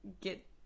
get